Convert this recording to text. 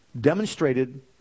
demonstrated